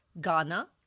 Ghana